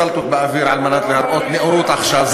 סלטות באוויר על מנת להראות נאורות עכשיו,